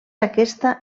aquesta